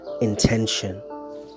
intention